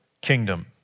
kingdom